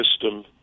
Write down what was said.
system